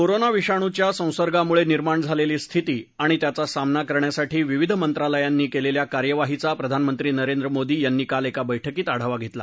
corona विषाणूचा संसर्गामुळे निर्माण झालेली स्थिती आणि त्याचा सामना करण्यासाठी विविध मंत्रालयानी केलेल्या कार्यवाहीचा प्रधानमंत्री नरेंद्र मोदी यांनी काल एका बैठकीत आढावा घेतला